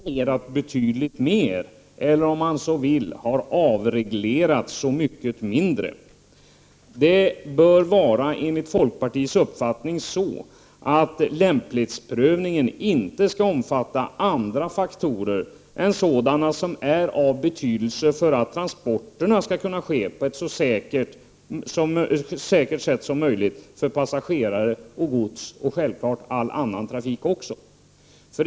Fru talman! Jarl Lander inledde sitt anförande med att säga att taxiverksamheten i princip kommer att vara helt avreglerad från den 1 juli nästa år. Det är tyvärr inte möjligt. Skillnaden mellan folkpartiet och socialdemokraterna är att socialdemokraterna har reglerat betydligt mer eller — om man så vill — har avreglerat så mycket mindre. Enligt folkpartiets uppfattning skall lämplighetsprövningen inte omfatta andra faktorer än sådana som är av betydelse för möjligheterna att utföra transporterna på ett så säkert sätt som möjligt för passagerare och gods samt självfallet för all annan trafik också.